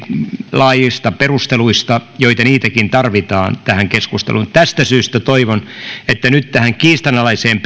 laajoista perusteluista joita niitäkin tarvitaan tähän keskusteluun tästä syystä toivon että nyt tähän kiistanalaiseen